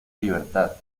libertad